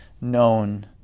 known